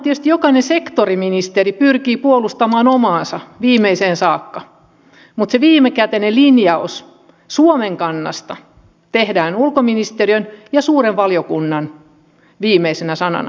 jokainen sektoriministeri pyrkii puolustamaan omaansa viimeiseen saakka mutta se viimekätinen linjaus suomen kannasta tehdään ulkoministeriön ja suuren valiokunnan viimeisenä sanana